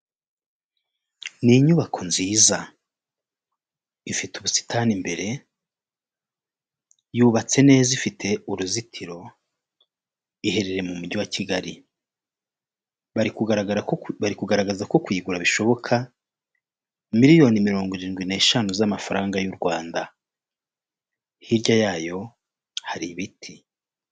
Ni inyubako nziza, ifite ubusitani imbere, yubatse neza ifite uruzitiro, iherereye mu mujyi wa Kigali bari kugaragaza ko kuyigura bishoboka, miliyoni mirongo irindwi n'eshanu z'amafaranga y'u Rwanda hirya yayo hari ibiti.